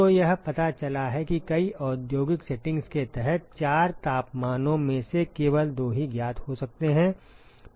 तो यह पता चला है कि कई औद्योगिक सेटिंग्स के तहत चार तापमानों में से केवल दो ही ज्ञात हो सकते हैं